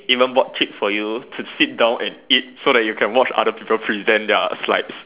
even bought chips for you to sit down and eat so that you can watch other people present their slides